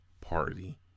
party